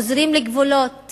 חוזרים לגבולות